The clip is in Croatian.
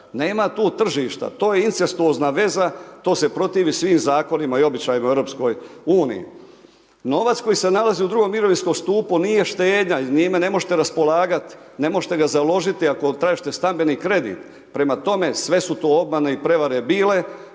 nema tu tržišta, to je incestuozna veza, to se protiv svim zakonima i običajima u EU. Novac koji se nalazi u drugom mirovinskom stupu nije štednja, njime ne možete raspolagati, ne možete ga založiti ako tražite stambeni kredit, prema tome, sve su to obmane i prevare bile